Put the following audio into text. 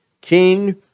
King